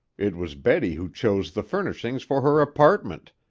it was betty who chose the furnishings for her apartment,